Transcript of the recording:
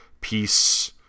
peace